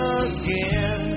again